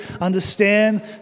understand